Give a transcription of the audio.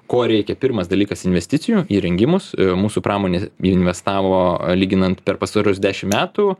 ko reikia pirmas dalykas investicijų įrengimus mūsų pramonė investavo lyginant per pastarus dešim metų